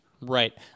Right